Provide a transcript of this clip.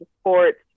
sports